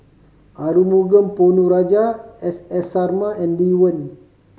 Arumugam Ponnu Rajah S S Sarma and Lee Wen